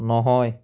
নহয়